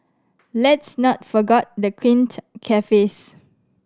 let's not forgot the quaint cafes